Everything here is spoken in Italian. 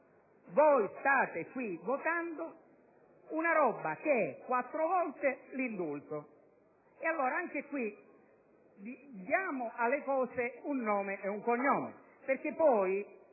qui state votando una roba che è quattro volte l'indulto. Anche qui, diamo alle cose un nome e un cognome, perché poi,